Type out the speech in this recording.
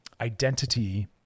identity